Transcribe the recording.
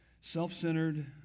self-centered